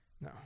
No